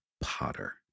potter